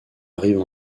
arrivent